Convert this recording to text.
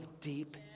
deep